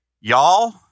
y'all